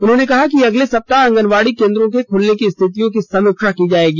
उन्होंने कहा कि अगले सप्ताह आंगनवाड़ी केंद्रों के खुलने की स्थितियों की समीक्षा की जाएगी